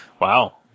Wow